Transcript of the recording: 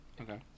Okay